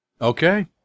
Okay